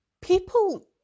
people